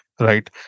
right